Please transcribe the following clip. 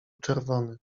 czerwony